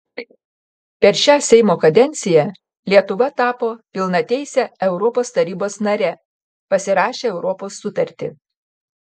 per šią seimo kadenciją lietuva tapo pilnateise europos tarybos nare pasirašė europos sutartį